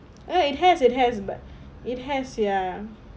oh it has it has but it has ya